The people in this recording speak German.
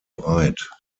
breit